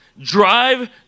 Drive